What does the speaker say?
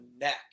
neck